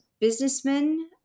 businessmen